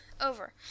over